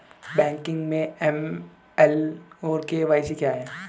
Banking में AML और KYC क्या हैं?